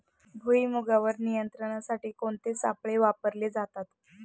भुईमुगावर नियंत्रणासाठी कोणते सापळे वापरले जातात?